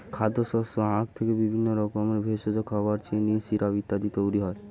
খাদ্যশস্য আখ থেকে বিভিন্ন রকমের ভেষজ, খাবার, চিনি, সিরাপ ইত্যাদি তৈরি হয়